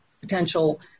potential